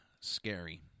scary